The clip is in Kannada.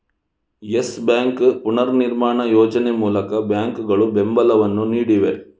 ಯೆಸ್ ಬ್ಯಾಂಕ್ ಪುನರ್ನಿರ್ಮಾಣ ಯೋಜನೆ ಮೂಲಕ ಬ್ಯಾಂಕುಗಳು ಬೆಂಬಲವನ್ನು ನೀಡಿವೆ